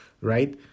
right